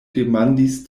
demandis